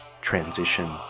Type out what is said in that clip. transition